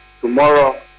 Tomorrow